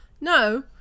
No